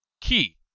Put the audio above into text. key